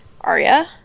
Arya